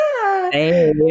Hey